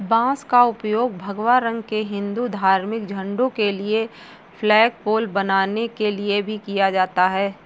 बांस का उपयोग भगवा रंग के हिंदू धार्मिक झंडों के लिए फ्लैगपोल बनाने के लिए भी किया जाता है